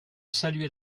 saluer